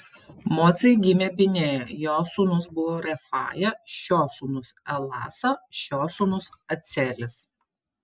mocai gimė binėja jo sūnus buvo refaja šio sūnus eleasa šio sūnus acelis